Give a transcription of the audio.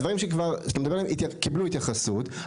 הדברים שאתה מדבר עליהם קיבלו התייחסות.